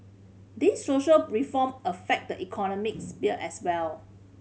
these social reform affect the economic sphere as well